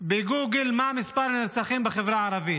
בגוגל מה המספר נרצחים בחברה הערבית.